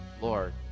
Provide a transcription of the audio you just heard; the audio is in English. Lord